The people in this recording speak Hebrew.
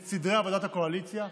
את סדרי עבודת הקואליציה.